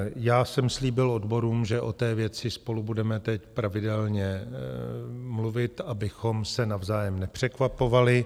Já jsem slíbil odborům, že o té věci spolu budeme teď pravidelně mluvit, abychom se navzájem nepřekvapovali.